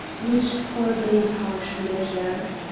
which forbade harsh measures.